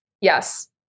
yes